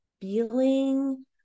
feeling